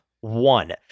one